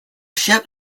ship